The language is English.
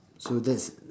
so that's